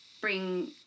bring